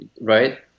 right